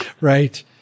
Right